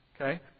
Okay